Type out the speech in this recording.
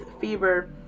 fever